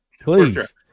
Please